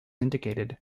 indicated